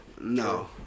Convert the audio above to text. No